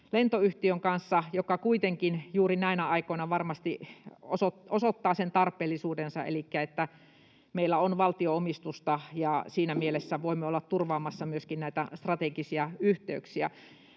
lentoyhtiön kanssa, joka kuitenkin juuri näinä aikoina varmasti osoittaa tarpeellisuutensa elikkä sen, että meillä on valtionomistusta ja siinä mielessä voimme olla turvaamassa myöskin näitä strategisia yhteyksiä.